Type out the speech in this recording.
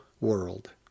world